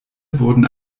wurden